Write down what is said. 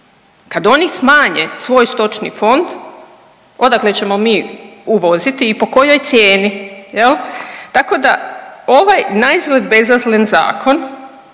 Kad oni smanje svoj stočni fond odakle ćemo mi uvoziti i po kojoj cijeni jel? Tako da ovaj naizgled bezazlen zakon